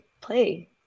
play